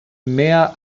mehr